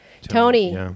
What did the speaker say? Tony